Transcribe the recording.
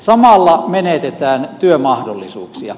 samalla menetetään työmahdollisuuksia